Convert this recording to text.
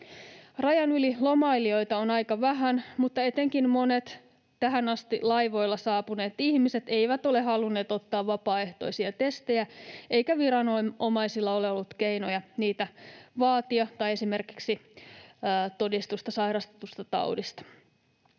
Rajan yli lomailijoita on aika vähän, mutta etenkin monet tähän asti laivoilla saapuneet ihmiset eivät ole halunneet ottaa vapaaehtoisia testejä, eikä viranomaisilla ole ollut keinoja vaatia niitä tai esimerkiksi todistusta sairastetusta taudista.